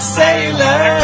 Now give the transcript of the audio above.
sailor